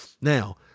Now